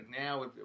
now